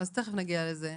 תיכף נגיע לזה.